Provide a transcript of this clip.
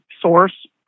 source